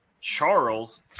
Charles